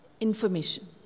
information